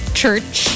church